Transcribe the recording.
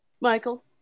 Michael